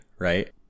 right